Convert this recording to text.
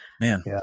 man